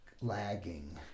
lagging